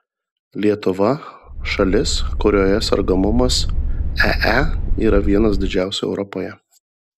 lietuva šalis kurioje sergamumas ee yra vienas didžiausių europoje